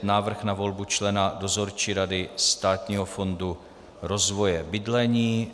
Návrh na volbu člena Dozorčí rady Státního fondu rozvoje bydlení